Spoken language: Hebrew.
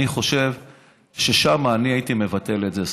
אני חושב ששם הייתי מבטל את זה.